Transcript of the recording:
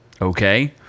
okay